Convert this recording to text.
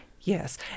Yes